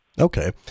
Okay